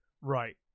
Right